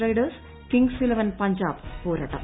Riders kings eleven Punjab പോരാട്ടം